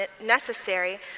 necessary